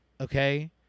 Okay